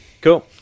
Cool